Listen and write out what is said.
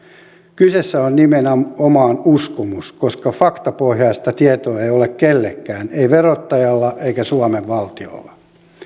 kyseessä on nimenomaan uskomus koska faktapohjaista tietoa ei ole kenelläkään ei verottajalla eikä suomen valtiolla